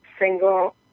single